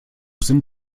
sind